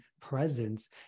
presence